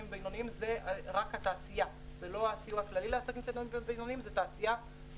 ובינוניים זה רק התעשייה הקטנה והבינונית,